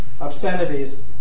obscenities